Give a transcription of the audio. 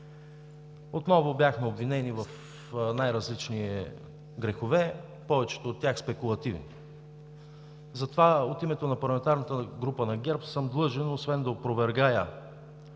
Отново бяхме обвинени в най-различни грехове, повечето от тях спекулативни. Затова от името на парламентарната група на ГЕРБ съм длъжен освен да опровергая